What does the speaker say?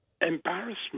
embarrassment